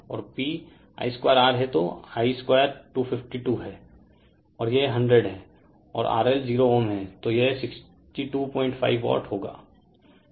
और P I2R है तो I2 252 है और यह 100 है और RL 0Ω है तो यह 625 वाट होगा